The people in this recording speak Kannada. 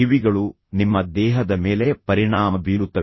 ಕಿವಿಗಳು ನಿಮ್ಮ ದೇಹದ ಮೇಲೆ ಪರಿಣಾಮ ಬೀರುತ್ತವೆ